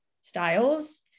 styles